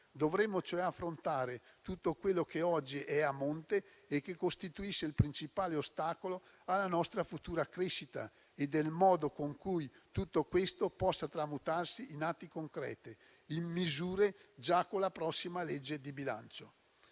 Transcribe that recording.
Dovremmo cioè affrontare tutto quello che oggi è a monte e che costituisce il principale ostacolo alla nostra futura crescita e del modo con cui tutto questo possa tramutarsi in atti concreti, in misure già con la prossima legge di bilancio.